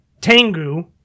Tengu